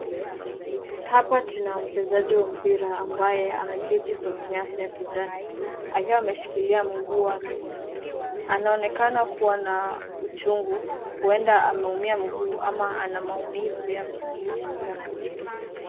Hapa tuna mchezaji wa mpira ambaye ameketi kwenye nyasi ya kijani, akiwa ameshikilia mguu wake. Anaonekana kuwa na uchungu, huenda ameumia mguu ama ana maumivu ya misuli.